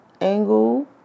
angle